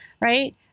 right